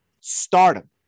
stardom